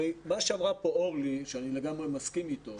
הרי מה שאמרה פה אורלי, שאני לגמרי מסכים איתו,